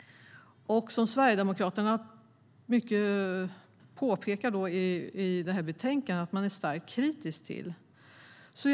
Som Sverigedemokraterna påpekar i betänkandet är de starkt kritiska till detta.